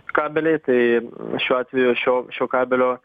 kabeliai tai šiuo atveju šio šio kabelio